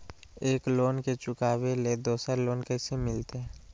एक लोन के चुकाबे ले दोसर लोन कैसे मिलते?